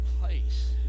place